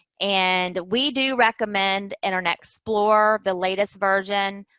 and we do recommend internet explorer, the latest version.